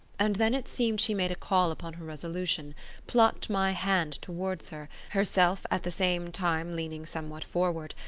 and then it seemed she made a call upon her resolution plucked my hand towards her, herself at the same time leaning somewhat forward,